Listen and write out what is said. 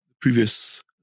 previous